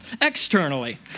externally